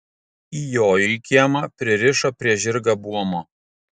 įjojo į kiemą pririšo prie žirgą buomo